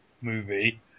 movie